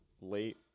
late